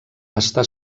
està